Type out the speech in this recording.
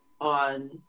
on